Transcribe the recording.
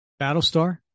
Battlestar